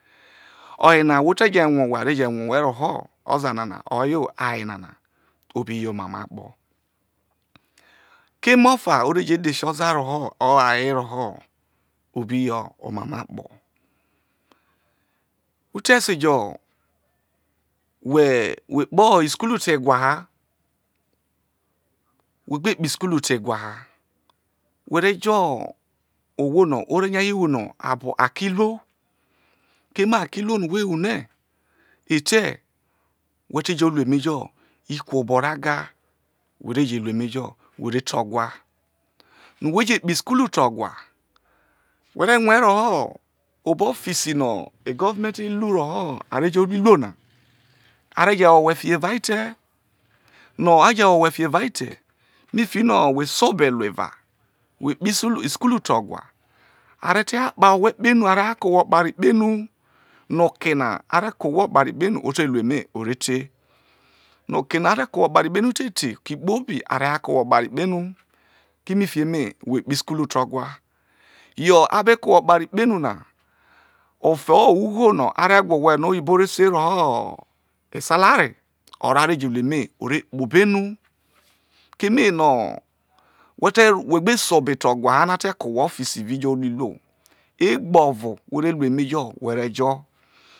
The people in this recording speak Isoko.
oye na ahwo te je rue owhe are je ro owhe ro ho oza nana hayo oma mo akpo keme ofa o re je dhese oza roho o̱ aye roho o bi yo omamo akpo? utese jo whe kpo isukutu te egwa, whe gbe kpo isukulu te egwa were jo ohwo no ore nya yi wune aki iluo keme aki iruo no we wune ete we ti jo lu emejo kru obo ra ga were je lu emejo were te ogwa. No whe je kpo isukulu te ogwa, whe re rue ro no obo ofisi no egometi lu roho a re je wo owhe fio evao ete, no a je wo owhe fi evao ete mifi no whe se obe luo era, whe kpo isu kulu te ogwa a re ti na kpa owhe kpe enu are te na ko owhe okpare kpe enu no oke na are ko owho okpare kpe na to lueme ore te, no oke no are ko whe okpari kpe nu te te are ko owhe okpari kpenu kimifi eme? Whe kpo isukulu te ogwa yo a be ko owhe okpare kpe enu na ofo ugho no are gwa owhe no oyibo re se no esa lare ora re je lu eme ora re kpo obo enu keme no̱ whe̱ gbe se obe te ogwa ha a te ko whe ofisi jo lu iruo egbe oro were lu emejo were jo̱